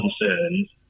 concerns